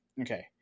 Okay